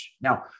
Now